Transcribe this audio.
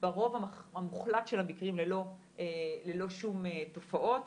ברוב המוחלט של המקרים ללא שום תופעות.